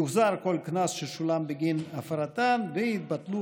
יוחזר כל קנס ששולם בגין הפרתן ויתבטלו